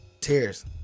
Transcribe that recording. tears